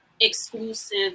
exclusive